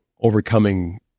overcoming